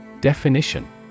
Definition